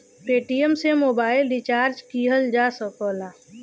Paytm से mobile recharge किहल जा सकला